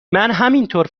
همینطور